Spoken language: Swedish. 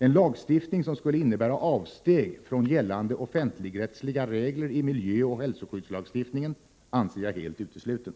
En lagstiftning som skulle innebära avsteg från gällande offentligrättsliga regler i miljöoch hälsoskyddslagstiftningen anser jag helt utesluten.